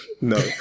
no